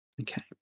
Okay